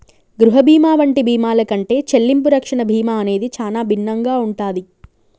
గృహ బీమా వంటి బీమాల కంటే చెల్లింపు రక్షణ బీమా అనేది చానా భిన్నంగా ఉంటాది